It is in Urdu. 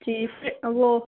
چیس وہ